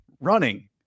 running